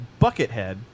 Buckethead